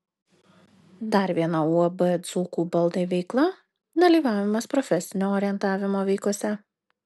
dar viena uab dzūkų baldai veikla dalyvavimas profesinio orientavimo veikose